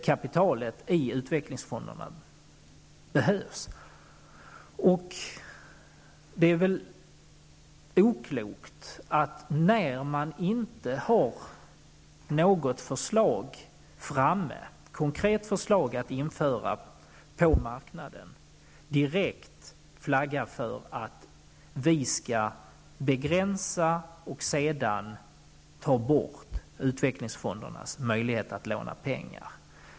Kapitalet i utvecklingsfonderna behövs ju. När det inte finns något konkret förslag framtaget som kan förverkligas på marknaden är det nog oklokt att direkt så att säga flagga för att vi skall begränsa och senare ta bort utvecklingsfondernas möjligheter att låna pengar.